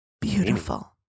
Beautiful